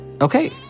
Okay